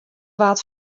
waard